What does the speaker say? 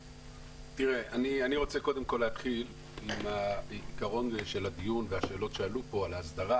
אני רוצה להתחיל עם העיקרון של הדיון והשאלות שעלו פה על ההסדרה